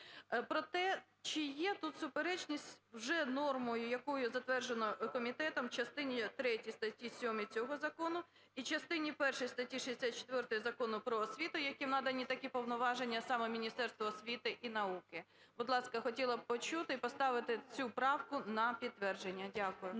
Проте, чи є тут суперечність з вже нормою, яку затверджено комітетом в частині третій статті 7 цього закону і частині першій статті 64 Закону "Про освіту", яким надані такі повноваження саме Міністерству освіти і науки? Будь ласка, хотіла б почути і поставити цю правку на підтвердження. Дякую.